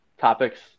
topics